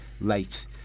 late